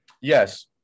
Yes